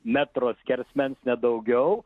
metro skersmens ne daugiau